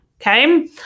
Okay